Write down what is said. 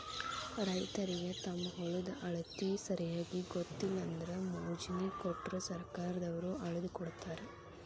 ರೈತರಿಗೆ ತಮ್ಮ ಹೊಲದ ಅಳತಿ ಸರಿಯಾಗಿ ಗೊತ್ತಿಲ್ಲ ಅಂದ್ರ ಮೊಜ್ನಿ ಕೊಟ್ರ ಸರ್ಕಾರದವ್ರ ಅಳ್ದಕೊಡತಾರ